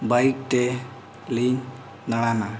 ᱛᱮᱞᱤᱧ ᱫᱟᱬᱟᱱᱟ